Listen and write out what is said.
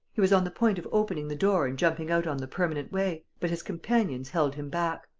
he was on the point of opening the door and jumping out on the permanent way. but his companions held him back.